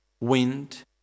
wind